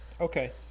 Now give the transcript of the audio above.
Okay